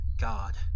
God